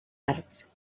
arcs